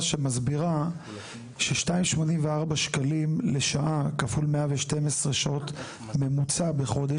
שמסבירה ש-2.84 שקלים לשעה כפול 112 שעות ממוצע בחודש.